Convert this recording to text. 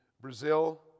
Brazil